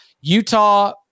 utah